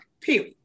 Period